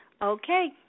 Okay